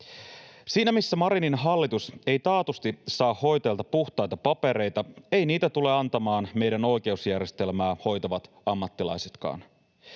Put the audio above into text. Siinä, missä Marinin hallitus ei taatusti saa hoitajilta puhtaita papereita, eivät niitä tulee antamaan meidän oikeusjärjestelmää hoitavat ammattilaisetkaan.